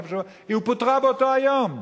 היא פוטרה באותו היום.